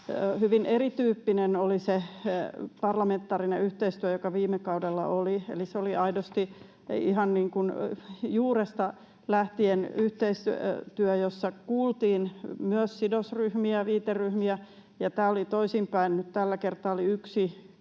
Hyvin erityyppinen oli se parlamentaarinen yhteistyö, joka viime kaudella oli, eli se oli aidosti ihan niin kuin juuresta lähtien yhteistyötä, jossa kuultiin myös sidosryhmiä, viiteryhmiä, ja tämä oli toisinpäin. Mutta tällä kertaa oli yksi